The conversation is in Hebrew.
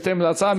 בהתאם להצעה.